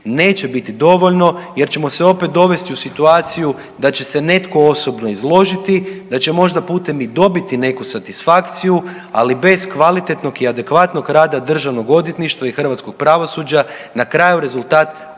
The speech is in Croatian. neće biti dovoljno jer ćemo se opet dovesti u situaciju da će se netko osobno izložiti, da će možda putem i dobiti neku satisfakciju. Ali bez kvalitetnog i adekvatnog rada Državnog odvjetništva i hrvatskog pravosuđa na kraju rezultat opet